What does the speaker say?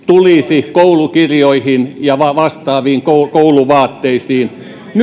tulisi koulukirjoihin ja vastaaviin kouluvaatteisiin nyt